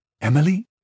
Emily